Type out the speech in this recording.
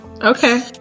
Okay